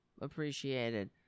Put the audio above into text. appreciated